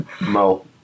Mo